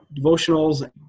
devotionals